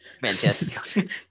Fantastic